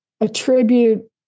attribute